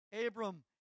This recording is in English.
Abram